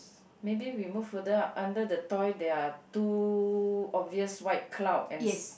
maybe we move further up under the toy there are two obvious white cloud and